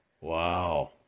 wow